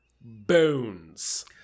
bones